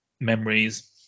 memories